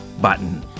button